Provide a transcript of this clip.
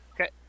okay